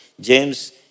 James